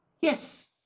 Yes